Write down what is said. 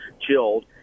chilled